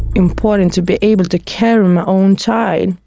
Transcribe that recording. important to be able to carry my own child.